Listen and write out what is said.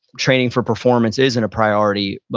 training for performance isn't a priority.